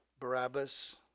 barabbas